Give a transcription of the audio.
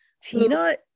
Tina